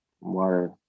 water